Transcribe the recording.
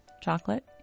chocolate